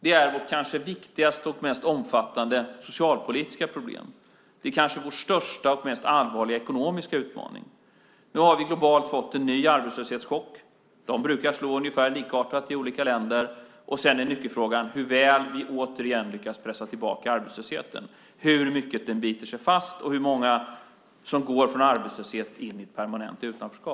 Det är vårt kanske viktigaste och mest omfattande socialpolitiska problem. Det är kanske vår största och mest allvarliga ekonomiska utmaning. Nu har vi globalt fått en ny arbetslöshetschock. De brukar slå ungefär likartat i olika länder. Nyckelfrågan är sedan hur väl vi återigen lyckas pressa tillbaka arbetslösheten. Hur mycket biter den sig fast och hur många går från arbetslöshet in i ett permanent utanförskap?